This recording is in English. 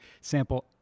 sample